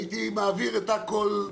הייתי מעביר את הכול.